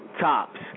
tops